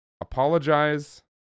Apologize